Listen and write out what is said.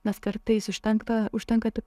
nes kartais užtenkta užtenka tik